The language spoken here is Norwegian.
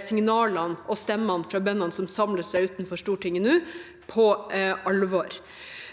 signalene og stemmene fra bøndene som nå samler seg utenfor Stortinget, på alvor.